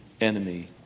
enemy